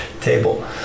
table